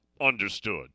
understood